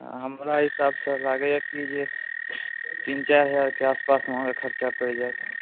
हमरा हिसाबसँ लगैए की जे तीन चारि हजारके आसपासमे अहाँकेँ खर्चा पड़ि जायत